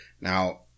Now